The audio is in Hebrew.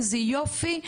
איזה יופי,